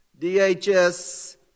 DHS